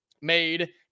made